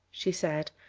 she said,